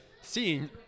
seen